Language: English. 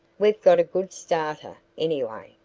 we've got a good starter, anyway,